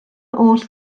oll